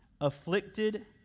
afflicted